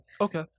okay